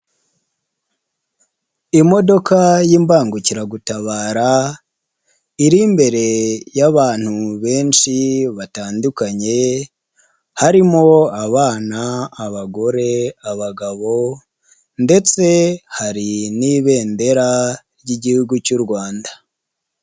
Imodoka y'imbangukiragutabara iri imbere y'abantu benshi batandukanye harimo abana abagore abagabo ndetse hari n'ibendera ry'igihugu cy'u Rwanda.